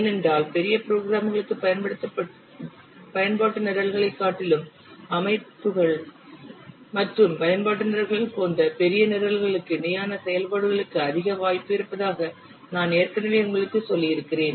ஏனென்றால் பெரிய புரோகிரம் களுக்கு பயன்பாட்டு நிரல்களைக் காட்டிலும் அமைப்புகள் மற்றும் பயன்பாட்டு நிரல்கள் போன்ற பெரிய நிரல்களுக்கு இணையான செயல்பாடுகளுக்கு அதிக வாய்ப்பு இருப்பதாக நான் ஏற்கனவே உங்களுக்குச் சொல்லியிருக்கிறேன்